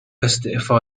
استعفا